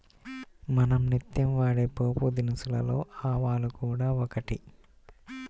మనం నిత్యం వాడే పోపుదినుసులలో ఆవాలు కూడా ఒకటి